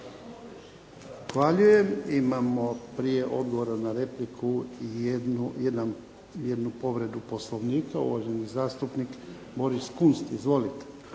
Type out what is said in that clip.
Zahvaljujem. Imamo odgovor na repliku i jednu povredu Poslovnika. Uvaženi zastupnik Boris Kunst. Izvolite.